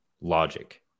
logic